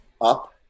up